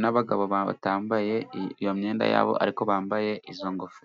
n'abandi bambaye imyenda yabo ariko bambaye izo ngofero.